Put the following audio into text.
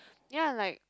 ya like